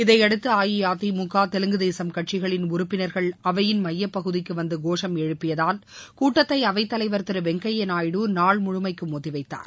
இதையடுத்து அஇஅதிமுக தெலுங்கு தேசம் கட்சிகளின் உறப்பினர்கள் அவையின் ஸமயப் பகுதிக்கு வந்து கோஷம் எழுப்பியதால் கூட்டத்தை அவைத் தலைவர் திரு வெங்கய்யா நாயுடு நாள் முழுமைக்கும் ஒத்தி வைத்தார்